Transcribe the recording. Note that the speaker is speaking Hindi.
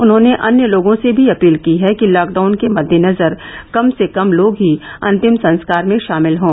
उन्होंने अन्य लोगों से भी अपील की है कि लॉकडाउन के मददेनजर कम से कम लोग ही अन्तिम संस्कार में शामिल हों